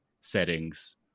settings